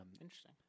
interesting